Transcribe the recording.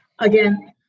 again